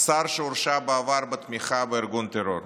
השר שהורשע בעבר בתמיכה בארגון טרור,